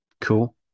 Cool